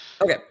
Okay